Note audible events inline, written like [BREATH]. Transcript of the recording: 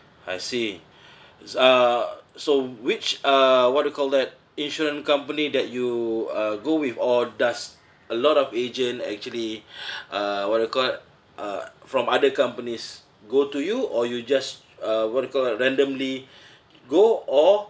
I see [BREATH] s~ uh so which uh what do you call that insurance company that you uh go with or does a lot of agent actually [BREATH] uh what do you call uh from other companies go to you or you just uh what you call that randomly [BREATH] go or